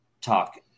talk